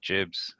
Jibs